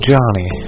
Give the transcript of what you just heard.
Johnny